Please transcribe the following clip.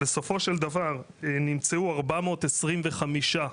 בסופו של דבר נמצאו כ-425 אנשים